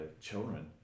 children